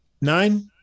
Nine